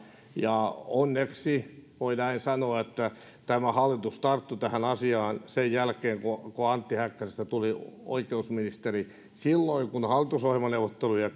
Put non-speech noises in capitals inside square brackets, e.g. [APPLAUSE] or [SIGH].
ja onneksi voi näin sanoa tämä hallitus tarttui tähän asiaan sen jälkeen kun antti häkkäsestä tuli oikeusministeri silloin kun hallitusohjelmaneuvotteluja [UNINTELLIGIBLE]